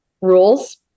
rules